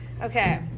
Okay